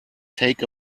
take